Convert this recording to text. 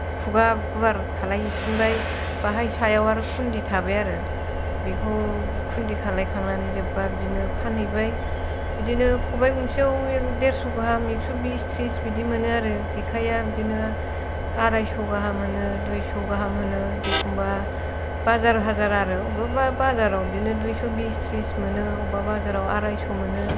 खुगा गुवार खालायहैफिनबाय बाहाय सायाव आरो खुन्दि थाबाय आरो बेखौ खुन्दि खालायखांनानै जोब्बा बिदिनो फानहैबाय बिदिनो खबाय गंसेयाव देरस' गाहाम एक्स' बिस थ्रिस बिदि मोनो आरो जेखाया बिदिनो आरायस' गाहाम मोनो दुइस' गाहाम होनो एखम्बा बाजार हाजार बा बाजाराव बिदिनो दुइस' बिस थ्रिस मोनो अबेबा बाजाराव आरायस' मोनो